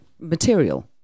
material